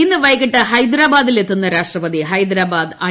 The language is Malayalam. ഇന്ന് വൈകിട്ട് ഹൈദരാബാദിൽ എത്തുന്ന രാഷ്ട്രപതി ഹൈദ്യാബ്ബാദ് ഐ